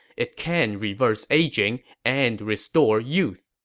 it can reverse aging and restore youth.